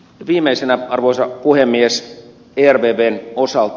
viimeisenä arvoisa puhemies ervvn osalta